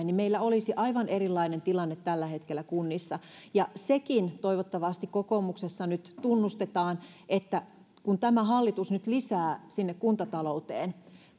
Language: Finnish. niin meillä olisi aivan erilainen tilanne tällä hetkellä kunnissa ja sekin toivottavasti kokoomuksessa nyt tunnustetaan että kun tämä hallitus nyt lisää sinne kuntatalouteen